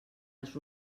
els